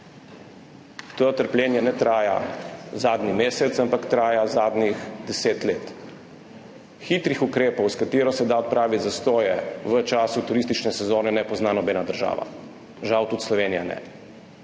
to trpljenje ne traja zadnji mesec, ampak traja zadnjih 10 let. Hitrih ukrepov, s katerimi se da odpraviti zastoje v času turistične sezone, ne pozna nobena država, žal tudi Slovenija ne.